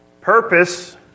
purpose